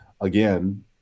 again